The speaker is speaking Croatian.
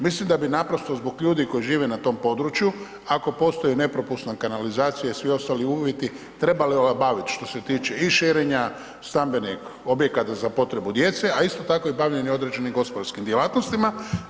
Mislim da bi naprosto zbog ljudi koji žive na tom području, ako postoji nepropusna kanalizacija i svi ostali uvjeti trebali olabavit što se tiče i širenja stambenih objekata za potrebu djece, a isto tako i bavljenje određenim gospodarskim djelatnostima.